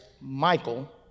Michael